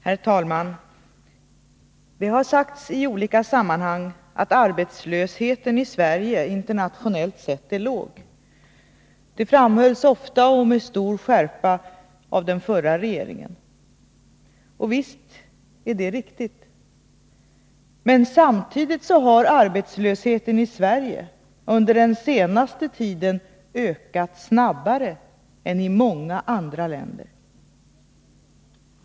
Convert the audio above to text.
Herr talman! Det har sagts i olika sammanhang att arbetslösheten i Sverige internationellt sett är låg. Det framhölls ofta och med stor skärpa av den förra regeringen. Visst är det riktigt, men samtidigt har arbetslösheten i Sverige under den senaste tiden ökat snabbare än i många andra länder.